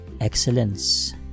excellence